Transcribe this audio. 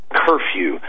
curfew